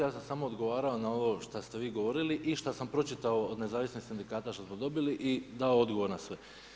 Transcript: Ja sam samo odgovarao na ovo što ste vi govorili i šta sam pročitao od nezavisnih sindikata, šta smo dobili i dao odgovor na sve.